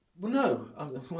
No